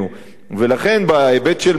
ולכן בהיבט של מרכיבים